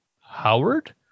Howard